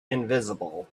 invisible